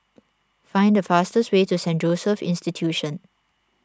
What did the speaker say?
find the fastest way to Saint Joseph's Institution